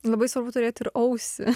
labai svarbu turėt ir ausį